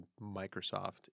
Microsoft